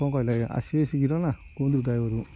କ'ଣ କହିଲେ ଆଜ୍ଞା ଆସିବେ ଶୀଘ୍ର ନା କୁହନ୍ତୁ ଡ୍ରାଇଭର୍କୁ